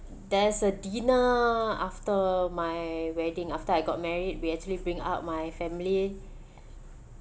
there's a dinner after my wedding after I got married we actually bring out my family